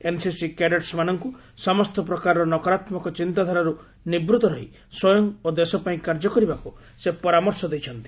NCC କ୍ୟାଡେଟସ୍ମାନଙ୍କୁ ସମସ୍ତ ପ୍ରକାରର ନକରାତ୍ମକ ଚିନ୍ତା ଧାରାରୁ ନିବୃତ ରହି ସ୍ୱୟଂ ଓ ଦେଶ ପାଇଁ କାର୍ଯ୍ୟ କରିବାକୁ ସେ ପରାମର୍ଶ ଦେଇଛନ୍ତି